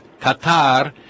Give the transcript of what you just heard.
Qatar